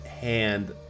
hand